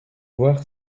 voir